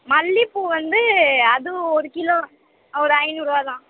மல்லிகைப்பூ வந்து அது ஒரு கிலோ ஒரு ஐந்நூறுரூவா தான்